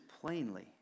plainly